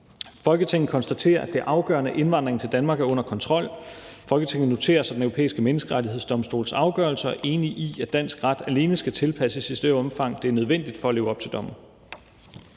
Folketinget konstaterer, at det er afgørende, at indvandringen til Danmark er under kontrol. Folketinget noterer sig Den Europæiske Menneskerettighedsdomstols afgørelse og er enig i, at dansk ret alene skal tilpasses i det omfang, det er nødvendigt for at leve op til dommen.